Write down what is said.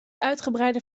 uitgebreide